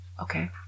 Okay